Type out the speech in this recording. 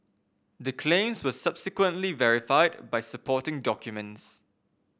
the claims were subsequently verified by supporting documents